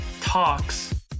Talks